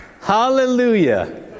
Hallelujah